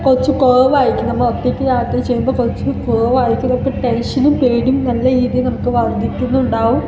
കുറച്ച് കുറവായിരിക്കും നമ്മൾ ഒറ്റക്ക് യാത്ര ചെയ്യുമ്പം കുറച്ച് കുറവായിരിക്കും നമുക്ക് ടെന്ഷനും പേടിയും നല്ല ഇതും നമുക്ക് വര്ദ്ധിക്കുന്നുണ്ടാവും